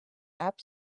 app